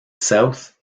south